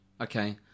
Okay